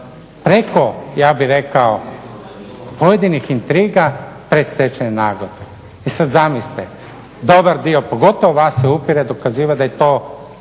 preko ja bih rekao pojedinih intriga predstečajne nagodbe. I sad zamislite, dobar dio, pogotovo vas se upire dokazivati da je to